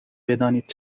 بدانید